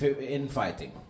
infighting